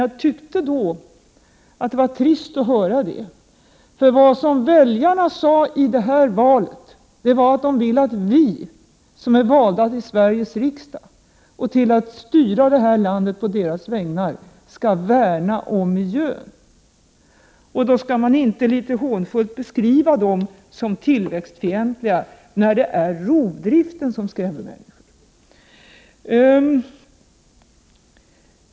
Jag tyckte emellertid då att det var trist att höra det. Vad väljarna sade i det här valet var att vi som är valda till Sveriges riksdag och till att styra detta land på deras vägnar skall värna om miljön. Då skall vi inte litet hånfullt beskriva dem som tillväxtfientliga då det är rovdriften som skrämmer människorna.